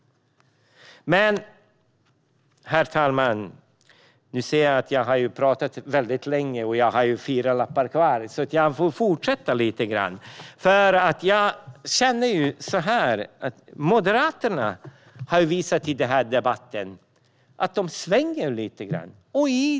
Herr talman! Jag inser att jag har talat länge. Jag har fyra manuslappar kvar, så jag fortsätter lite grann. Moderaterna har visat i den här debatten att de svänger lite grann.